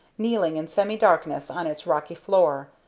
kneeling in semi-darkness on its rocky floor,